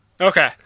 Okay